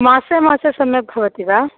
मासे मासे सम्यक् भवति वा